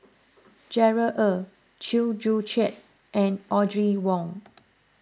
Gerard Ee Chew Joo Chiat and Audrey Wong